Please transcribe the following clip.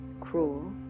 Cruel